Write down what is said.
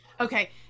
Okay